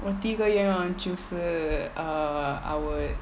我第一个愿望就是 err I would